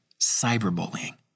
cyberbullying